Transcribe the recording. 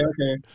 okay